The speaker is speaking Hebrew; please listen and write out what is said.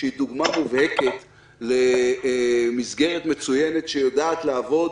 שהיא דוגמה מובהקת למסגרת מצוינת שיודעת לעבוד